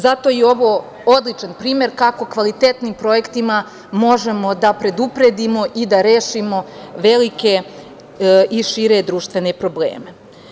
Zato je ovo odličan primer kako kvalitetnim projektima možemo da predupredimo i da rešimo velike i šire društvene probleme.